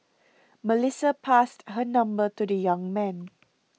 Melissa passed her number to the young man